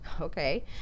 Okay